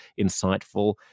insightful